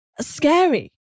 scary